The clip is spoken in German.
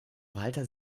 walter